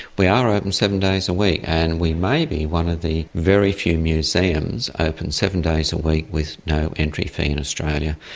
we are open and seven days a week, and we may be one of the very few museums open seven days a week with no entry fee in australia.